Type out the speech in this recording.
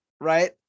right